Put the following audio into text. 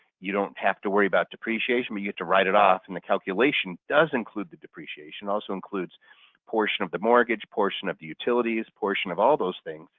you don't have to worry about depreciation but you have to write it off and the calculation does include the depreciation also includes portion of the mortgage, portion of the utilities, portion all those things